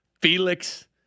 Felix